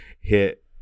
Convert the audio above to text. hit